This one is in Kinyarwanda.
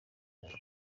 ntabwo